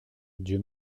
dieu